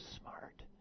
smart